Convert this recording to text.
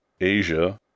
Asia